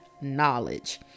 knowledge